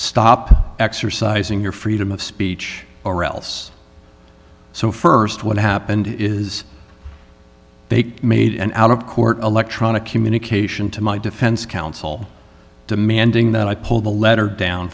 stop exercising your freedom of speech or else so st what happened is they made an out of court electronic communication to my defense counsel demanding that i pull the letter down